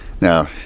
Now